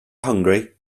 hungry